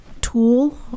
tool